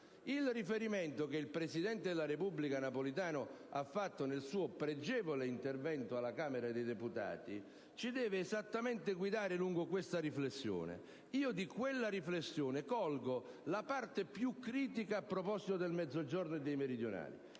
il riferimento che il presidente della Repubblica Napolitano ha fatto nel suo pregevole intervento alla Camera dei deputati ci deve guidare esattamente lungo questa riflessione. Io di quella riflessione colgo la parte più critica a proposito del Mezzogiorno e dei meridionali: